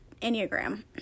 Enneagram